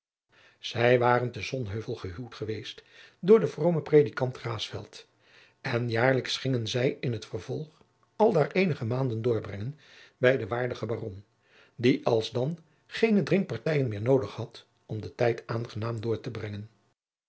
zij waren te sonheuvel gehuwd geweest door den vroomen predikant raesfelt en jaarlijks gingen zij in t vervolg aldaar eenige maanden doorbrengen bij den waardigen baron die alsdan geene drinkpartijen meer noodig had om den tijd aangenaam door te brengen